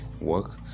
work